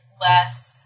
less